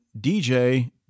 DJ